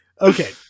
Okay